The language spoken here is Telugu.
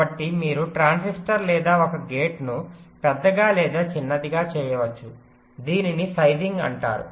కాబట్టి మీరు ట్రాన్సిస్టర్ లేదా ఒక గేటును పెద్దగా లేదా చిన్నదిగా చేయవచ్చు దీనిని సైజింగ్ అంటారు